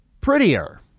prettier